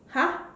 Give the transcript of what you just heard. !huh!